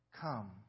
Come